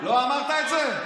לא אמרת את זה?